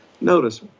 notice